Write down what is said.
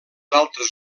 altres